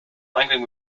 einklang